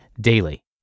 daily